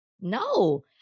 No